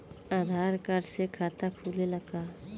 आधार card से खाता खुले ला का?